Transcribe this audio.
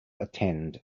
attend